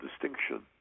distinction